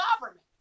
government